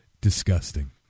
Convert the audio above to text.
disgusting